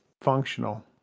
functional